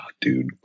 dude